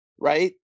right